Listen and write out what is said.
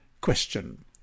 Question